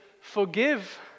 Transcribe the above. forgive